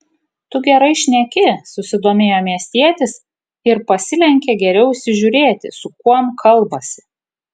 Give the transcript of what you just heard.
tu gerai šneki susidomėjo miestietis ir pasilenkė geriau įsižiūrėti su kuom kalbasi